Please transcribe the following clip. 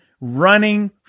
running